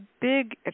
big